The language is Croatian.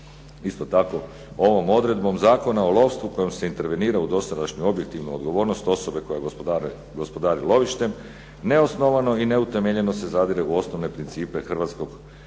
isto tako ovom odredbom Zakona o lovstvu kojom se intervenira u dosadašnju objektivnu odgovornost osobe koja gospodari lovištem neosnovano i neutemeljeno se zadire u osnovne principe hrvatskog obveznog